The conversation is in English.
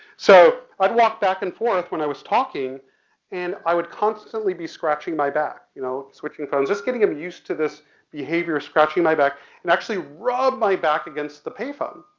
so i'd walk back and forth when i was talking and i would constantly be scratching my back, you know, switching phone, just getting him used to this behavior, scratching my back, and actually rub my back against the payphone.